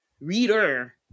reader